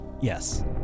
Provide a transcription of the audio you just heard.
Yes